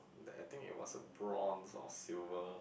that I think it was a bronze or silver